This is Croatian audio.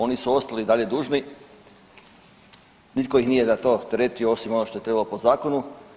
Oni su ostali i dalje dužni, nitko ih nije za to teretio osim ono što je trebalo po zakonu.